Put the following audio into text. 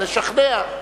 לשכנע.